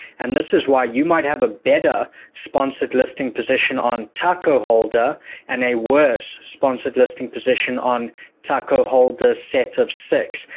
and this is why you might have a bidder sponsored listing position on taco holder and a worse sponsored listing position on taco holder set of six.